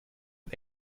ein